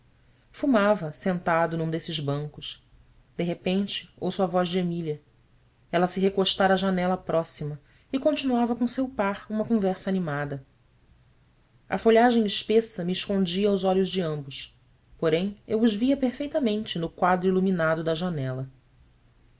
fumava sentado num desses bancos de repente ouço a voz de emília ela se recostara à janela próxima e continuava com seu par uma conversa animada a folhagem espessa me escondia aos olhos de ambos porém eu os via perfeitamente no quadro iluminado da janela